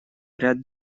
ряд